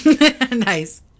Nice